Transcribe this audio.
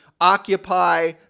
occupy